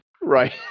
Right